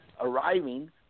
arriving